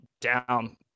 down